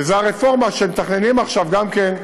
וזו הרפורמה שמתכננים עכשיו גם כן,